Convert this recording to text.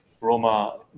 Roma